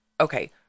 Okay